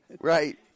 right